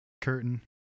curtain